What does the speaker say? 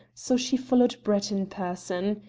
so she followed brett in person.